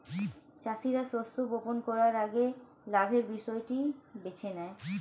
চাষীরা শস্য বপন করার আগে লাভের বিষয়টি বেছে নেয়